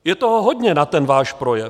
Je toho hodně na ten váš projev.